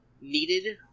needed